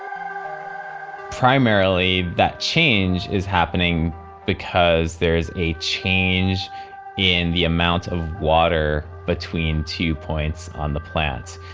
um primarily that change is happening because there is a change in the amount of water between two points on the plants.